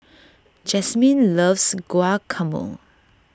Jasmyne loves Guacamole